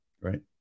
Right